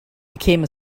became